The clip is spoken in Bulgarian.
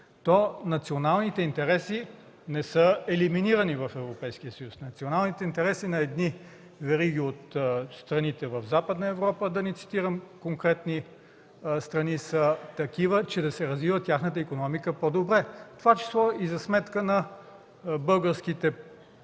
то националните интереси не са елиминирани в Европейския съюз. Националните интереси на едни вериги от страните в Западна Европа, да не цитирам конкретни страни, са такива, че да се развива тяхната икономика по-добре, в това число и за сметка на българските